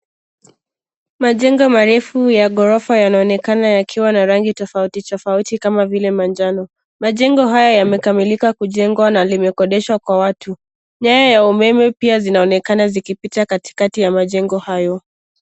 Majengo marefu ya ghorofa yanaonekana, yakiwa na rangi tofauti tofauti, kama vile manjano. Majengo haya yamekamilika kujengwa na yamekodeshwa kwa watu. Nyaya za umeme pia zinaonekana zikipita katikati ya majengo hayo.